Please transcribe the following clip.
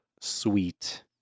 Sweet